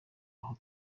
aho